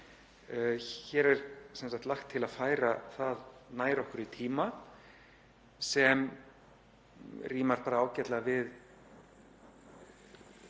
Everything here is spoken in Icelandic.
Hér er lagt til að færa það nær okkur í tíma, sem rímar ágætlega við